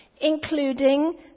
including